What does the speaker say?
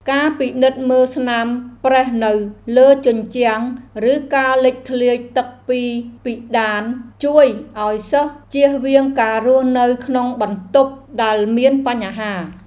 ការពិនិត្យមើលស្នាមប្រេះនៅលើជញ្ជាំងឬការលេចធ្លាយទឹកពីពិដានជួយឱ្យសិស្សជៀសវាងការរស់នៅក្នុងបន្ទប់ដែលមានបញ្ហា។